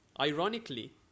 ironically